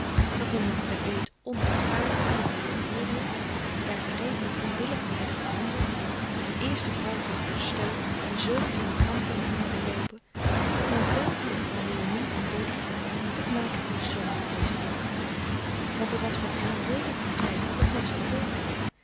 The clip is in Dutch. dat men hem verweet onrecht vaardig hier te hebben geoordeeld daar wreed en onbillijk te hebben gehandeld zijn eerste vrouw te hebben verstooten een zoon in de kampong te hebben loopen dat men met vuil wierp naar léonie en doddy het maakte hem somber dezer dagen want er was met geen reden te grijpen dat men zoo deed